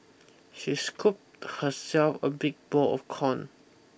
she scooped herself a big bowl of corn